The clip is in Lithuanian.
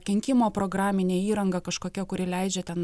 kenkimo programinė įranga kažkokia kuri leidžia ten